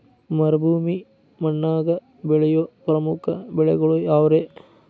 ಮರುಭೂಮಿ ಮಣ್ಣಾಗ ಬೆಳೆಯೋ ಪ್ರಮುಖ ಬೆಳೆಗಳು ಯಾವ್ರೇ?